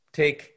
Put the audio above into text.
take